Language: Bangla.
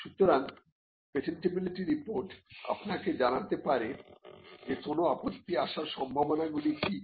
সুতরাং পেটেন্টিবিলিটি রিপোর্ট আপনাকে জানাতে পারে যে কোন আপত্তি আসার সম্ভাবনাগুলি কি কি